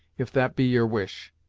if that be your wish.